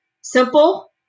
simple